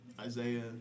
Isaiah